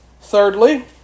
Thirdly